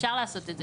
אפשר לעשות את זה.